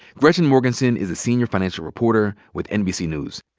gretchen morgenson is a senior financial reporter with nbc news.